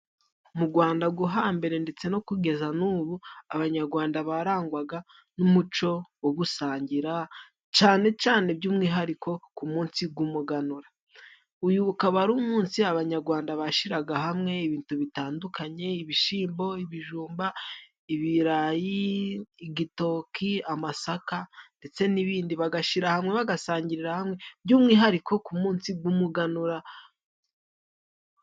Mu Rwanda rwo hambere ndetse no kugeza n'ubu Abanyarwanda barangwaga n'umuco wo gusangira cyane cyane by'umwihariko ku munsi w' umuganura . Uyu ukaba ari umunsi Abanyarwanda bashyiraga hamwe ibintu bitandukanye: ibishyimbo, ibijumba, ibirayi, igitoki, amasaka ndetse n'ibindi, bagashyira hamwe bagasangirira hamwe by'umwihariko ku munsi w'umuganura...